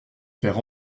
faire